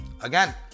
Again